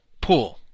pool